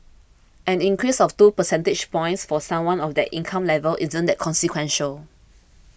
an increase of two percentage points for someone of that income level isn't that consequential